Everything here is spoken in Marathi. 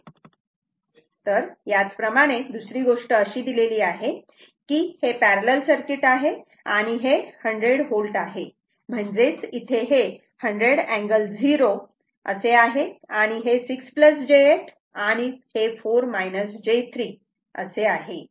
तेव्हा याच प्रमाणे दुसरी गोष्ट अशी दिली आहे की इथे हे पॅरलल सर्किट आहे आणि हे 100 V आहे म्हणजे इथे हे 100 अँगल 0 असे आणि हे 6 j 8 आणि हे 4 j 3 असे आहे